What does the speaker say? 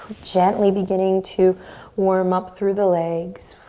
gently beginning to warm up through the legs.